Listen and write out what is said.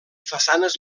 façanes